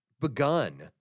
begun